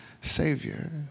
Savior